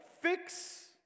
fix